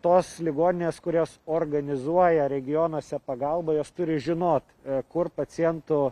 tos ligoninės kurios organizuoja regionuose pagalbą jos turi žinot kur pacientų